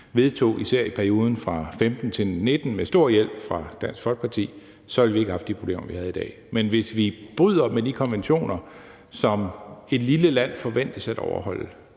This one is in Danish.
vedtog især i perioden fra 2015 til 2019 med stor hjælp fra Dansk Folkeparti, ville vi ikke have haft de problemer, vi har i dag. Men hvis vi bryder med de konventioner, som et lille land forventes at overholde,